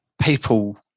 people